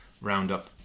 roundup